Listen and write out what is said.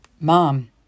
mom